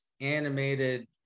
animated